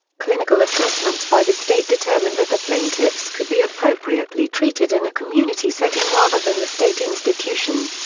clinical assessments by the state determined that the plaintiffs could be appropriately treated in a community setting rather than the state institution.